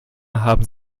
haben